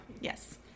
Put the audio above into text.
Yes